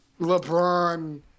LeBron